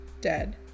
Dead